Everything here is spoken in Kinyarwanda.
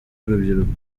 y’urubyiruko